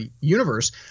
universe